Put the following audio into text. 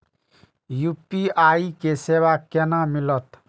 UPI के सेवा केना मिलत?